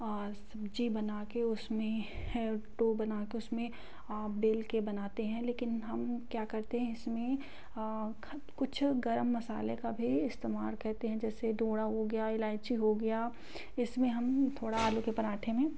और सब्ज़ी बना के उसमें है डोव बना के उसमें बेल के बनाते हैं लेकिन हम क्या करते हैं इसमें कुछ गर्म मसाले का भी इस्तेमाल करते हैं जैसे धोड़ा हो गया इलायची हो गया इसमें हम थोड़ा आलू के पराठे में